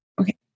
Okay